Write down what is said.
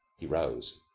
he rose.